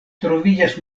troviĝas